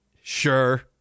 sure